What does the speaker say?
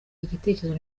igitekerezo